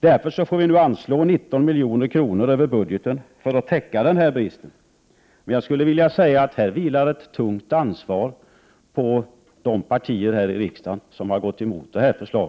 Därför får vi nu anslå 19 milj.kr. över budgeten för att täcka bristen. Här vilar ett tungt ansvar på de partier här i riksdagen som gått emot detta.